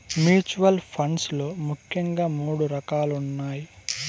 mutual funds లో ముఖ్యంగా మూడు రకాలున్నయ్